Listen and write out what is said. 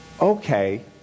Okay